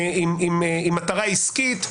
עם מטרה עסקית,